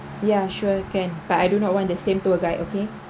yeah sure can but I do not want the same tour guide okay